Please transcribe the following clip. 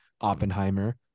Oppenheimer